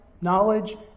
knowledge